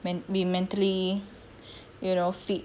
be mentally you know fit